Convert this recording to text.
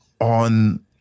on